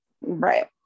Right